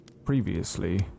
previously